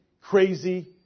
Crazy